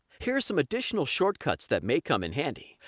here are some additional shortcuts that may come in handy.